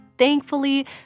Thankfully